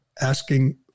asking